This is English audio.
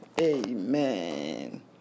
Amen